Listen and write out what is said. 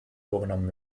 vorgenommen